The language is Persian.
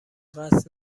قصد